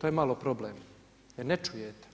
To je malo problem jer ne čujete,